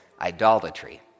idolatry